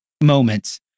moments